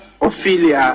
Ophelia